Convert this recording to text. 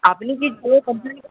আপনি কি পুরো কমপ্লেনটা